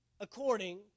according